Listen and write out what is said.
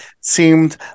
seemed